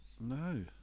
no